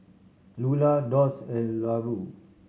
Lula Doss and Larue